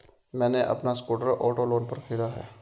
मैने अपना scooter auto loan पर खरीदा है